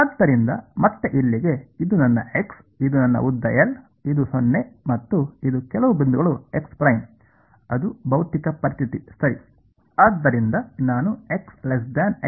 ಆದ್ದರಿಂದ ಮತ್ತೆ ಇಲ್ಲಿಗೆ ಇದು ನನ್ನ x ಇದು ನನ್ನ ಉದ್ದ l ಇದು 0 ಮತ್ತು ಇಲ್ಲಿ ಕೆಲವು ಬಿಂದುಗಳು x' ಅದು ಭೌತಿಕ ಪರಿಸ್ಥಿತಿ ಸರಿ